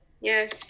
yes